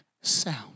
sound